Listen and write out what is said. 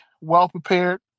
well-prepared